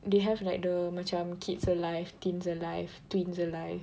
they have like the macam kids alive teens alive tweens alive